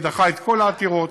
דחה את כל העתירות,